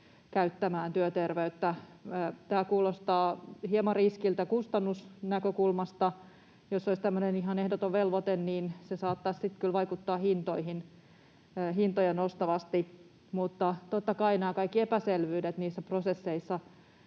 käyttämään työterveyttä. Tämä kuulostaa hieman riskiltä kustannusnäkökulmasta. Jos olisi tämmöinen ihan ehdoton velvoite, niin se saattaisi sitten kyllä vaikuttaa hintoja nostavasti, mutta totta kai nämä kaikki epäselvyydet niissä prosesseissa,